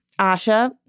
Asha